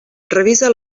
revisa